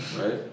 Right